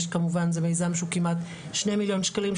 זה מיזם שהוא כמעט שני מיליון שקלים,